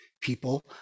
people